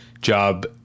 job